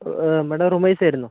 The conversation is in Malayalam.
മേഡം റുമൈസ് ആയിരുന്നു